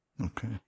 okay